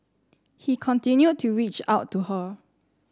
he continued to reach out to her